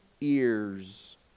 ears